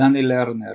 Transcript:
דני לרנר,